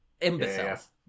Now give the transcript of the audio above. imbeciles